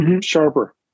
Sharper